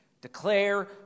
Declare